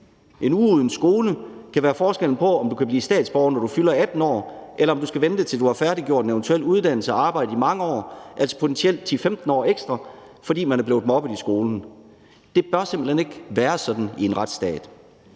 en uge uden skole kan gøre forskellen på, om du kan blive statsborger, når du fylder 18 år, eller om du skal vente, til du har færdiggjort en eventuel uddannelse og arbejdet i mange år, altså potentielt 10-15 år ekstra, fordi du er blevet mobbet i skolen. Det bør simpelt hen ikke være sådan i en retsstat.